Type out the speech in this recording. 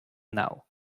now